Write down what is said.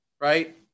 right